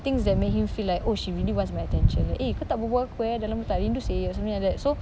things that make him feel like oh she really wants my attention like eh kau tak berbual dengan aku eh dah lama tak rindu seh or something like that so